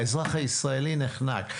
האזרח הישראלי נחנק.